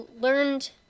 learned